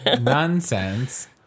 Nonsense